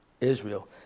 Israel